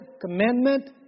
commandment